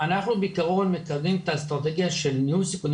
אנחנו בעיקרון מקדמים את האסטרטגיה של ניהול סיכוני